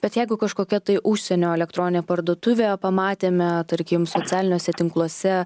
bet jeigu kažkokia tai užsienio elektoninė parduotuvė pamatėme tarkim socialiniuose tinkluose